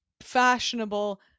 fashionable